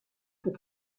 pour